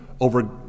over